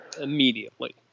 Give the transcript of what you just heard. immediately